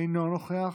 אינו נוכח,